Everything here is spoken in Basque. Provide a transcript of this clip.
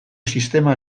sistema